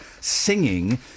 Singing